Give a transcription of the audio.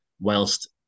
whilst